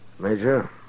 Major